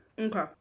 okay